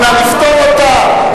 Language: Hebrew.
נפתור אותה,